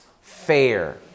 fair